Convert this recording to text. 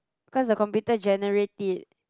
cause the computer generate it